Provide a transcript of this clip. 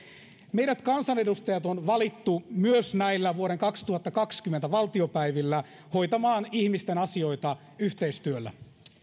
meidät kansanedustajat on valittu myös näillä vuoden kaksituhattakaksikymmentä valtiopäivillä hoitamaan ihmisten asioita yhteistyöllä